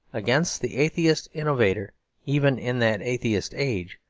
against the atheist innovator even in that atheist age,